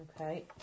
Okay